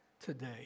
today